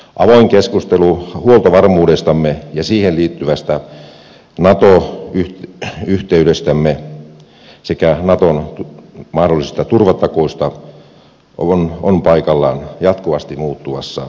avoin keskustelu huoltovarmuudestamme ja siihen liittyvästä nato yhteydestämme sekä naton mahdollisista turvatakuista on paikallaan jatkuvasti muuttuvassa toimintaympäristössämme